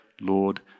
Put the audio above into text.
Lord